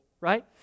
right